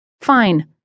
Fine